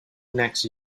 next